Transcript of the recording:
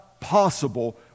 possible